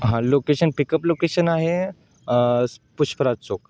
हां location pickup location आहे पुष्पराज चौक